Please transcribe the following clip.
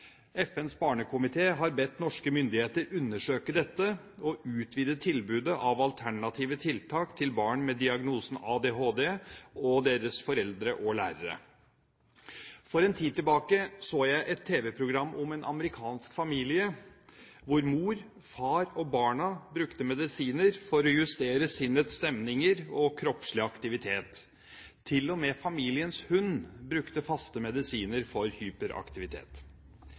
FNs barnekomité har bedt norske myndigheter undersøke dette og utvide tilbudet av alternative tiltak til barn med diagnosen ADHD, deres foreldre og lærere. For en tid tilbake så jeg et tv-program om en amerikansk familie hvor mor, far og barna brukte medisiner for å justere sinnets stemninger og kroppslig aktivitet. Til og med familiens hund brukte faste medisiner for hyperaktivitet.